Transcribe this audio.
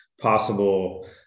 possible